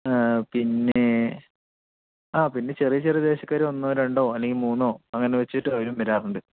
പിന്നെ ആ പിന്നെ ചെറിയ ചെറിയ ദേശക്കാർ ഒന്നോ രണ്ടോ അല്ലെങ്കിൽ മൂന്നോ അങ്ങനെ വച്ചിട്ട് അവരും വരാറുണ്ട്